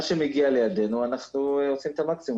מה שמגיע לידינו אנחנו עושים את המקסימום